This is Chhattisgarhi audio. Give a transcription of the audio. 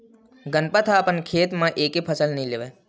गनपत ह अपन खेत म एके फसल नइ लेवय